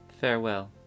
Farewell